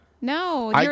No